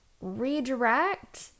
redirect